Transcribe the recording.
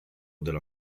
della